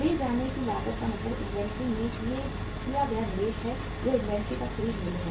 ले जाने की लागत का मतलब इन्वेंट्री में किया गया निवेश है जो इन्वेंट्री का खरीद मूल्य है